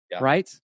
right